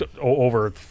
over